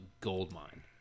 goldmine